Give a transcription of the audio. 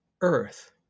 earth